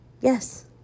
yes